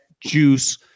Juice